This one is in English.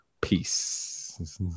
Peace